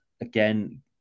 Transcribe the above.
again